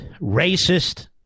racist